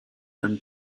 and